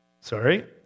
Sorry